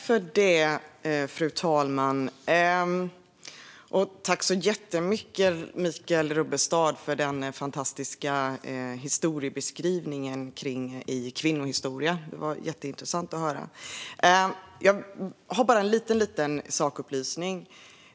Fru talman! Tack så jättemycket, Michael Rubbestad, för den fantastiska kvinnohistoriska beskrivningen! Den var jätteintressant att höra. Jag har bara en liten sakupplysning.